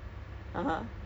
so their